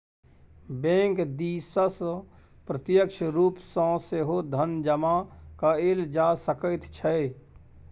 bank दिससँ प्रत्यक्ष रूप सँ सेहो धन जमा कएल जा सकैत छै